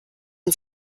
man